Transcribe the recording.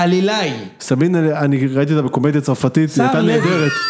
אז אתה מבין? אני ראיתי אותה בקומדיה צרפתית, היא הייתה נהדרת